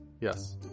yes